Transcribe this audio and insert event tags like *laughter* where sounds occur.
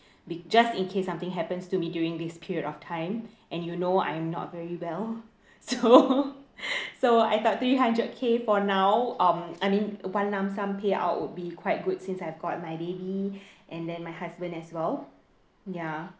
be~ just in case something happens to me during this period of time and you know I'm not very well so *laughs* so I thought three hundred K for now um I mean one lump sum payout would be quite good since I've got my baby and then my husband as well ya